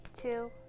two